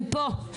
הם פה,